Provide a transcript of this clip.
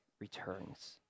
returns